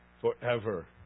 forever